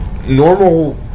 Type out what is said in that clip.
normal